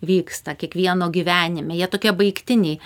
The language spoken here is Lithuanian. vyksta kiekvieno gyvenime jie tokie baigtiniai